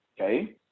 okay